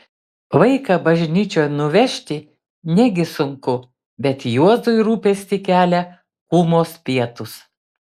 vaiką bažnyčion nuvežti negi sunku bet juozui rūpestį kelia kūmos pietūs